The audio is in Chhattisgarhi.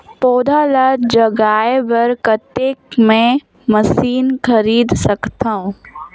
पौधा ल जगाय बर कतेक मे मशीन खरीद सकथव?